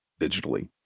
digitally